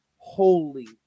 Holy